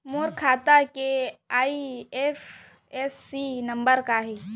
मोर खाता के IFSC number का हे?